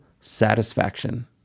satisfaction